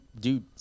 dude